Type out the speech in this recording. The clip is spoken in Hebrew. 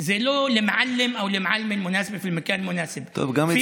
זה לא (אומר בערבית: המורה הנכון או המורה הנכונה במקום הנכון.) טוב,